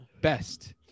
Best